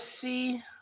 see